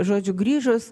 žodžiu grįžus